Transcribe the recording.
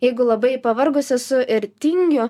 jeigu labai pavargus esu ir tingiu